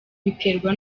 biterwa